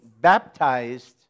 baptized